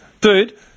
Dude